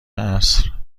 عصر